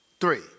three